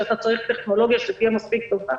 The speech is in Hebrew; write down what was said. שאתה צריך טכנולוגיה שתהיה מספיק טובה,